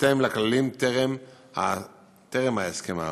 בהתאם לכללים טרם ההסכם האמור.